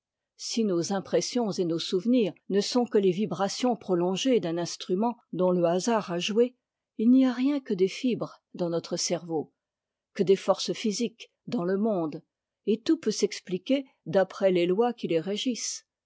si nos impressions et nos souvenirs ne sont que les vibrations prolongées d'un instrument dont le hasard a joué il n'y a rien que des fibres dans notre cerveau que des forces physiques dans le monde et tout peut s'expliquer d'après les lois qui les régissent